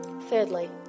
Thirdly